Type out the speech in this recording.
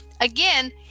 again